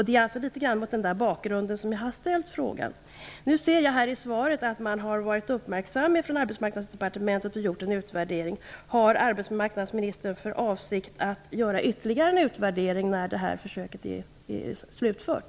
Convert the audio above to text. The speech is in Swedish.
Det är alltså litet grand mot den bakgrunden som jag har ställt frågan. Nu ser jag i svaret att man har varit uppmärksam från Arbetsmarknadsdepartementet och gjort en utvärdering. Har arbetsmarknadsministern för avsikt att göra ytterligare en utvärdering när det här försöket är slutfört?